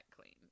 clean